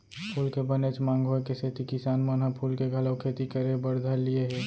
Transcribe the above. फूल के बनेच मांग होय के सेती किसान मन ह फूल के घलौ खेती करे बर धर लिये हें